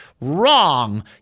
Wrong